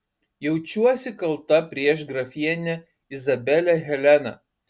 jaučiuosi kalta prieš grafienę izabelę heleną